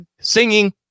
singing